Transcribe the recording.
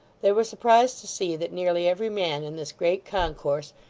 they were surprised to see that nearly every man in this great concourse,